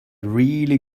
really